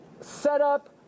setup